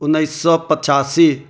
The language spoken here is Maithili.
उन्नैस सए पचासी